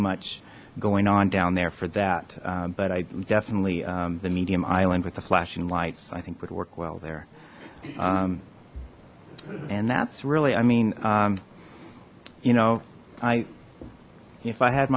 much going on down there for that but i definitely the medium island with the flashing lights i think would work well there and that's really i mean you know if i had